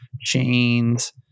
chains